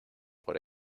por